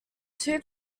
two